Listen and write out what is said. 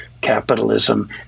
capitalism